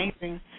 amazing